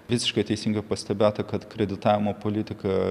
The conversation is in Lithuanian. visiškai teisingai pastebėta kad kreditavimo politika